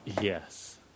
Yes